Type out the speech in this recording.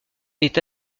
est